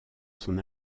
son